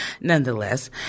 Nonetheless